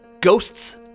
ghosts